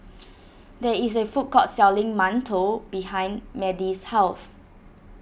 there is a food court selling Mantou behind Madie's house